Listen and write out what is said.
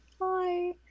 Hi